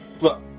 Look